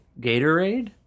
gatorade